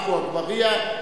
עפו אגבאריה,